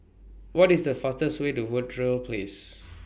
What IS The fastest Way to Verde Place